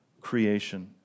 creation